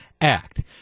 act